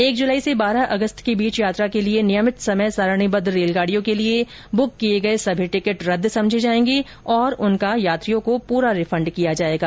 एक जुलाई से बारह अगस्त के बीच यात्रा के लिए नियमित समय सारणीबद्व रेलगाड़ियों के लिए बुक किए गए सभी टिकट रद्द समझे जाएंगे और उनका यात्रियों को पूरा रिफंड किया जाएगा